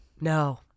No